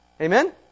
Amen